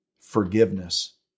forgiveness